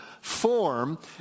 form